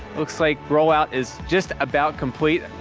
looks like roll-out is just about complete.